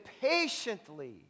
patiently